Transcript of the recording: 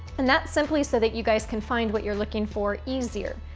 and that's simply so that you guys can find what you're looking for easier.